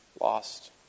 lost